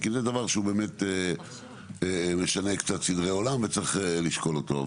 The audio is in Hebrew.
כי זה דבר שהוא באמת לשנות קצת סדרי עולם וצריך לשקול אותו.